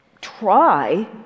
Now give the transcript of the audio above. try